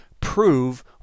prove